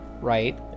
Right